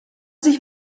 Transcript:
sich